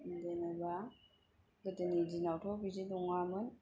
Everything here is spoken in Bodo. जेनेबा गोदोनि दिनावथ' बिदि नङामोन